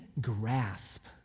grasp